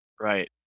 Right